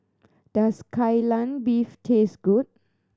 does Kai Lan Beef taste good